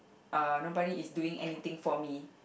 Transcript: uh nobody is doing anything for me